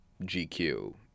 GQ